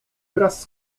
wraz